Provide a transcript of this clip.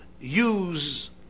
use